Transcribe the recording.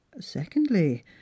Secondly